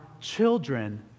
children